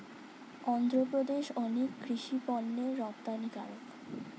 অন্ধ্রপ্রদেশ অনেক কৃষি পণ্যের রপ্তানিকারক